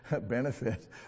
benefit